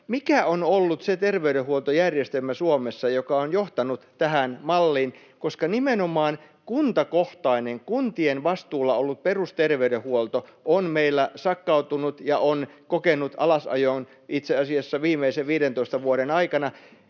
mikä on ollut se terveydenhuoltojärjestelmä Suomessa, joka on johtanut tähän malliin, koska nimenomaan kuntakohtainen, kuntien vastuulla ollut perusterveydenhuolto on meillä sakkautunut ja on kokenut alasajon, itse asiassa viimeisen 15 vuoden aikana.